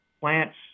plants